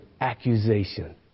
accusation